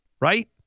right